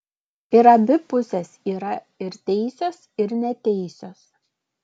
ir abi pusės yra ir teisios ir neteisios